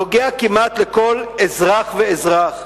נוגע כמעט לכל אזרח ואזרח.